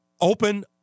open